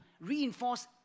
reinforce